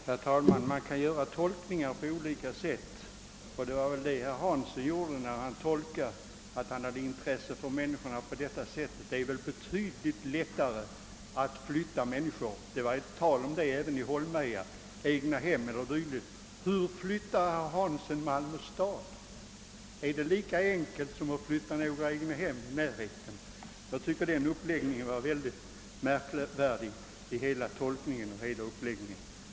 Herr talman! Man kan tolka saker och ting på olika sätt. Herr Hansson i Skegrie sade att han hade intresse för människorna. Det är väl betydligt lättare att flytta egnahem o.d. än att flytta en hel stad. Det var tal om att flytta egnahem även när vi diskuterade Holmeja. Hur flyttar herr Hansson Malmö stad? Är det lika enkelt som att flytta några egnahem i närheten av en ny flygplats? Jag tycker herr Hanssons inställning till dessa spörsmål är synnerligen märklig.